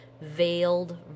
veiled